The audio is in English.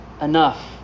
enough